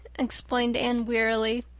explained anne wearily,